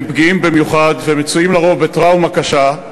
הם פגיעים במיוחד והם מצויים לרוב בטראומה קשה.